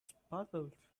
sparkled